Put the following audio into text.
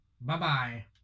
Bye-bye